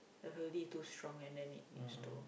the too strong and then it needs to